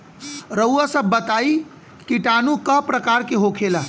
रउआ सभ बताई किटाणु क प्रकार के होखेला?